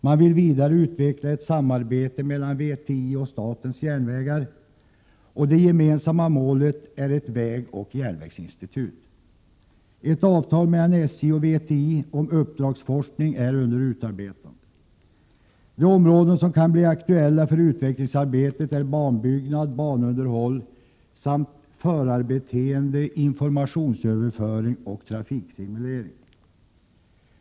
Man vill vidare utveckla ett samarbete mellan VTI och statens järnvägar, och det gemensamma målet är ett vägoch järnvägsinstitut. Ett avtal mellan SJ och VTI om uppdragsforskning är under utarbetande. De områden som kan bli aktuella för utvecklingsarbetet är banbyggnad, banunderhåll samt förarbeteende, informationsöverföring och trafiksimulering.